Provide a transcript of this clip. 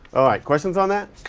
all right, questions on that?